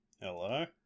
Hello